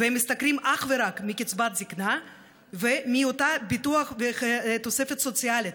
והם משתכרים אך ורק מקצבת זקנה ומאותו ביטוח ותוספת סוציאלית,